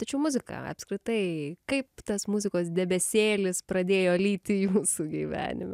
tačiau muzika apskritai kaip tas muzikos debesėlis pradėjo lyti jūsų gyvenime